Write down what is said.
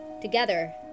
Together